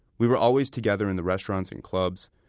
we were always together in the restaurants and clubs,